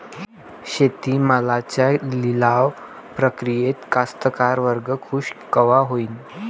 शेती मालाच्या लिलाव प्रक्रियेत कास्तकार वर्ग खूष कवा होईन?